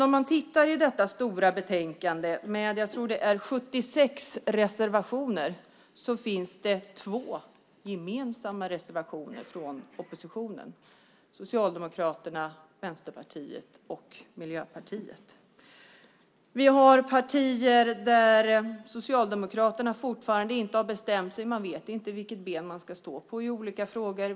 Om man tittar i detta stora betänkande med 76 reservationer, tror jag, finns det två gemensamma reservationer från oppositionen - Socialdemokraterna, Vänsterpartiet och Miljöpartiet. Det finns frågor där Socialdemokraterna fortfarande inte har bestämt sig. De vet inte vilket ben som de ska stå på i olika frågor.